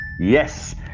Yes